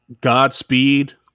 Godspeed